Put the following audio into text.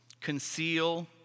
Conceal